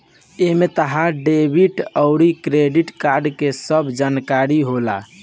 एमे तहार डेबिट अउर क्रेडित कार्ड के सब जानकारी होला